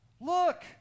Look